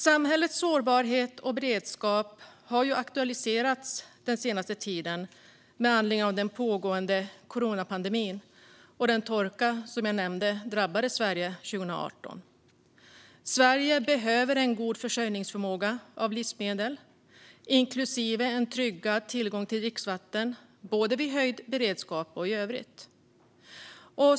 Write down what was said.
Samhällets sårbarhet och beredskap har aktualiserats den senaste tiden med anledning av den pågående coronapandemin och av den torka som jag nämnde drabbade Sverige 2018. Sverige behöver en god försörjningsförmåga av livsmedel, inklusive en tryggad tillgång till dricksvatten, både vid höjd beredskap och i övrigt.